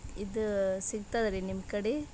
ಇದು ಸಿಗ್ತದ ರೀ ನಿಮ್ಮ ಕಡೆ